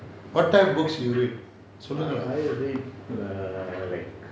what type of books you read